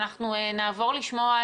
אני אומר משהו ברוח הדיון הקודם.